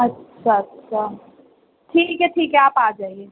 اچھا اچھا ٹھیک ہے ٹھیک ہے آپ آ جائیے